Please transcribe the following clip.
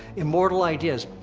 immortal ideas,